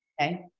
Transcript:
Okay